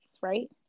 right